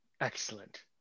Excellent